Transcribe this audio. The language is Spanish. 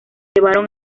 llevaron